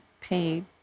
paid